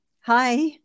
Hi